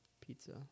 pizza